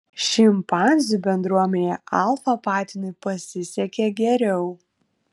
šimpanzių bendruomenėje alfa patinui pasisekė geriau